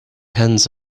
hens